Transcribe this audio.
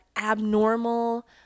abnormal